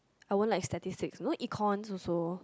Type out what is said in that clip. I won't like statistics you know econs also